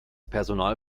personal